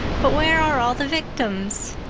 but where are all the victims?